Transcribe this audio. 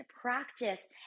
Practice